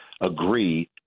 agree –